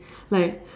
like